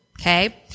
okay